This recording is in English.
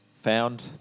found